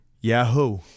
Yahoo